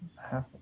Half